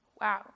wow